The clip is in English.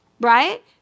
right